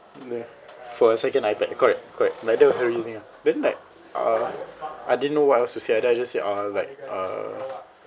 for a second I correct correct like that was the reasoning ah then like uh I didn't know what else to say ah then I just say uh like uh